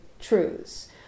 truths